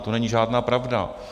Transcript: To není žádná pravda.